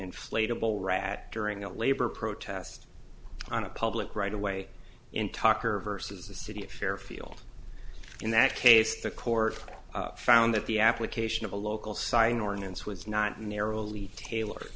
inflatable rat during a labor protest on a public right away in tucker versus the city of fairfield in that case the court found that the application of a local sign ordinance was not narrowly tailor